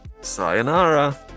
Sayonara